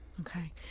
Okay